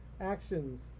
actions